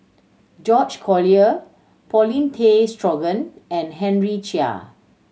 George Collyer Paulin Tay Straughan and Henry Chia